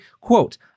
Quote